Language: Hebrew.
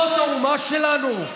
זאת האומה שלנו?